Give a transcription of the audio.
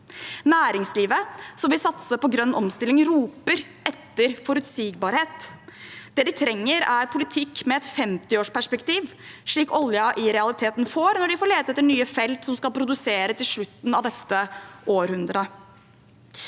Næringslivet, som vil satse på grønn omstilling, roper etter forutsigbarhet. Det vi trenger, er politikk med et 50årsperspektiv, slik oljen i realiteten får når de får lete etter nye felt som skal produsere til slutten av dette århundret.